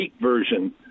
version